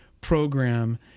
program